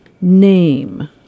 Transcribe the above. name